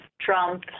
Trump